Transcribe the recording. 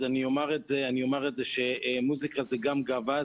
אז אני אומר את זה שמוסיקה זה גם גאווה,